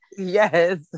Yes